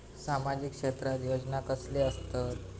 सामाजिक क्षेत्रात योजना कसले असतत?